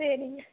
சரிங்க